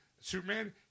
Superman